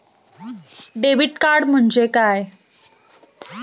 Debit card म्हणजे काय?